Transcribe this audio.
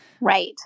Right